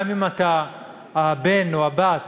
גם אם אתה הבן או הבת